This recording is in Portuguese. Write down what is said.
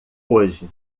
hoje